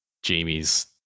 Jamie's